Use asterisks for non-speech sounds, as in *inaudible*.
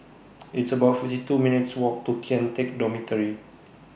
*noise* It's about fifty two minutes' Walk to Kian Teck Dormitory